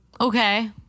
Okay